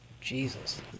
Jesus